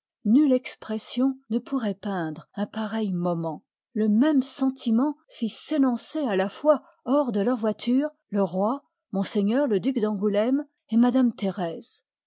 nulle expression ne pourroit peindre un pareil moment le même sentiment fit s'élancer à la fois hors de leurs voitures le roi m le duc d angoulême etmadame thérèse